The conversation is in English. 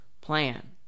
plan